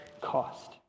cost